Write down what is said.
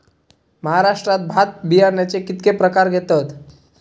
महाराष्ट्रात भात बियाण्याचे कीतके प्रकार घेतत?